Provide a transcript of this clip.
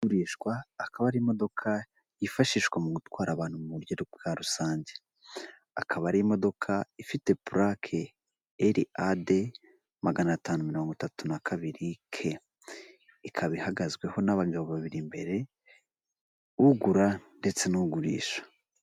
Igurishwa akaba ari imodoka yifashishwa mu gutwara abantu mu buryo bwa rusange. Akaba ari imodoka ifite purake eri a de magana atanu mirongo itatu na kabiri ke, ikaba ihagazweho n'abagabo babiri mbere ugura ndetse n'ugurisha.